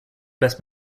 best